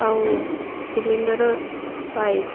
ଆଉ cylinder pipe